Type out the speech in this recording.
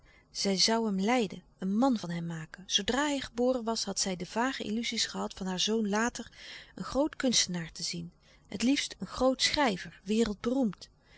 zij zoû hem leiden een man van hem maken zoodra hij geboren was had zij die vage illuzies gehad van haar zoon later een groot kunstenaar te zien het liefst een groot schrijver wereldberoemd